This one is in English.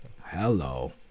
Hello